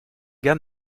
gars